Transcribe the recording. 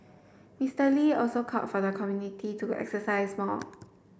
Mister Lee also called for the community to exercise more